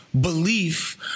belief